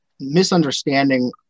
misunderstanding